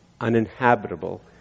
uninhabitable